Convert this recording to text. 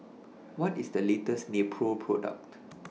What IS The latest Nepro Product